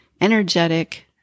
energetic